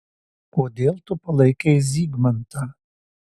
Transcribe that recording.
kodėl tu palaikei zygmantą